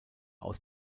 aus